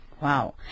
Wow